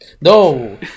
No